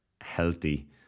healthy